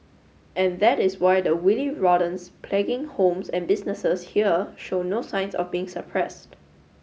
and that is why the wily rodents plaguing homes and businesses here show no signs of being suppressed